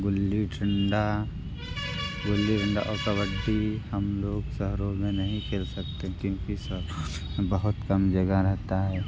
गुल्ली डंडा गुल्ली डंडा और कबड्डी हम लोग शहरो में नहीं खेल सकते क्योंकि श बहुत कम जगह रहता है